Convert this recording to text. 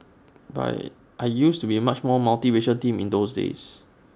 but I used to be A much more multiracial team in those days